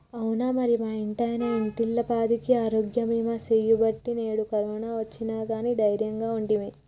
అవునా మరి మా ఇంటాయన ఇంటిల్లిపాదికి ఆరోగ్య బీమా సేయబట్టి నేడు కరోనా ఒచ్చిన గానీ దైర్యంగా ఉంటిమి